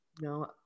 No